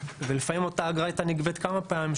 ולפעמים אותה אגרה הייתה נגבית כמה פעמים,